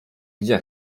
gdzie